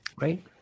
Right